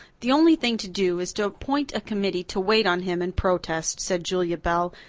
the only thing to do is to appoint a committee to wait on him and protest, said julia bell,